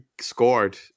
scored